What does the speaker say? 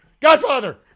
Godfather